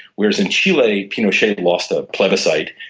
whereas in chile pinochet lost a plebiscite,